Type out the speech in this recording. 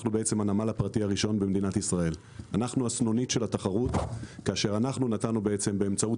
אנחנו הסנונית של התחרות כאשר אנחנו נתנו באמצעות